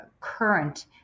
current